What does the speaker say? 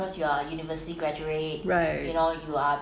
right